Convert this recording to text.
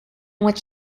which